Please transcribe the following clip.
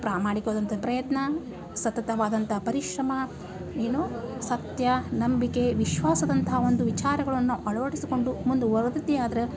ಪ್ರಾಮಾಣಿಕವಾದಂಥ ಪ್ರಯತ್ನ ಸತತವಾದಂಥ ಪರಿಶ್ರಮ ಏನು ಸತ್ಯ ನಂಬಿಕೆ ವಿಶ್ವಾಸದಂತಹ ಒಂದು ವಿಚಾರಗಳನ್ನೋ ಅಳವಡಿಸಿಕೊಂಡು ಮುಂದುವರೆದಿದ್ದೇ ಆದ್ರೆ